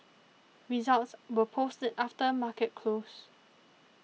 results were posted after market close